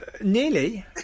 nearly